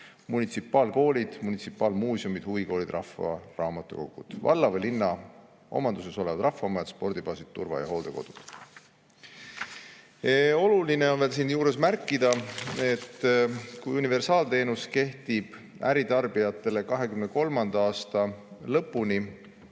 munitsipaalkoolid, munitsipaalmuuseumid, huvikoolid, rahvaraamatukogud, valla või linna omanduses olevad rahvamajad, spordibaasid, turva- ja hooldekodud. Oluline on siinjuures märkida, et universaalteenus kehtib äritarbijatele 2023. aasta lõpuni,